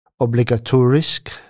obligatorisk